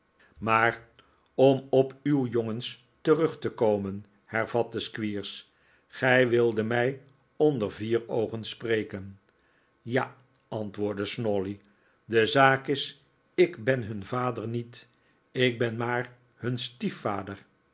maar om op uw jongens terug te komen hervatte squeers gij wildet mij onder vier oogen spreken ja antwoordde snawley de zaak is ik ben hun vader niet ik ben maar hun stiefvader